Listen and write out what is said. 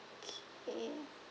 okay